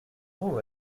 mot